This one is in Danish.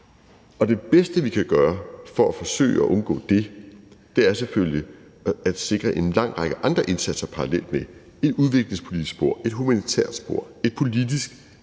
Det bedste, vi kan gøre for at forsøge at undgå det, er selvfølgelig at sikre en lang række andre indsatser parallelt med denne, nemlig et udviklingspolitisk spor, et humanitært spor og et politisk